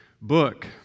book